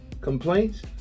complaints